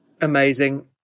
Amazing